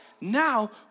now